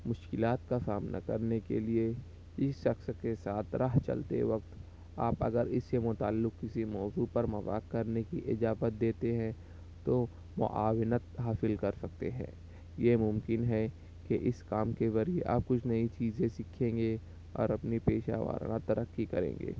مشکلات کا سامنا کرنے کے لیے اس شخص کے ساتھ راہ چلتے وقت آپ اگر اس سے متعلق کسی موضوع پر مذاق کرنے کی اجازت دیتے ہیں تو معاونت حاصل کر سکتے ہیں یہ ممکن ہے کہ اس کام کے ذریعے آپ کچھ نئی چیزیں سیکھیں گے اور اپنی پیشہ ورانہ ترقی کریں گے